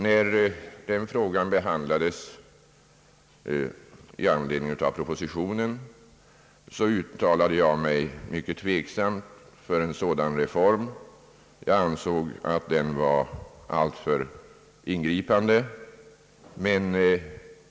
När den frågan behandlades i anledning av propositionen, uttalade jag mig mycket tveksamt för en sådan reform, som jag ansåg vara alltför ingripande.